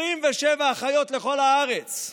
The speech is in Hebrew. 27 אחיות בכל הארץ.